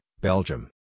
Belgium